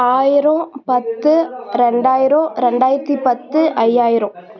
ஆயிரம் பத்து ரெண்டாயிரம் ரெண்டாயிரத்தி பத்து ஐயாயிரம்